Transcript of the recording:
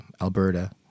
alberta